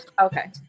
okay